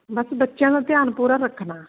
ਬਸ ਬੱਚਿਆਂ ਦਾ ਧਿਆਨ ਪੂਰਾ ਰੱਖਣਾ